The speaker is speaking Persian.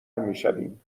میشویم